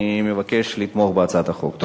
אני מבקש לתמוך בהצעת החוק.